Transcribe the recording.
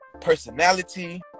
personality